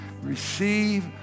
receive